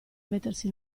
mettersi